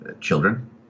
children